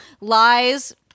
lies